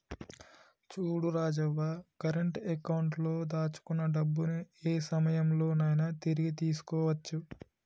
చూడు Rajavva current account లో దాచుకున్న డబ్బుని ఏ సమయంలో నైనా తిరిగి తీసుకోవచ్చు